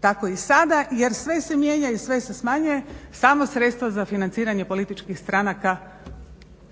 tako i sada jer sve se mijenja i sve se smanjuje, samo sredstva za financiranje političkih stranaka